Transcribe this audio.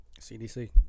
CDC